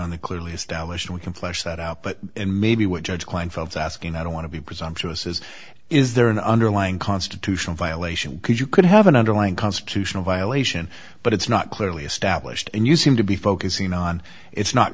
on the clearly established we can flesh that out but and maybe what judge kleinfeld asking i don't want to be presumptuous is is there an underlying constitutional violation because you could have an underlying constitutional violation but it's not clearly established and you seem to be focusing on it's not